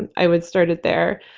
and i would start it there.